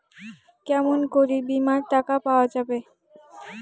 কেমন করি বীমার টাকা পাওয়া যাবে?